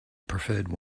preferred